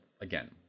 again